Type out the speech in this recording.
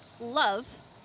love